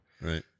right